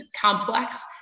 complex